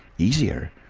easier!